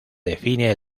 define